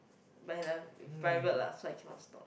but he nev~ private lah so I cannot stalk